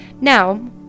Now